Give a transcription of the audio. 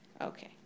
Okay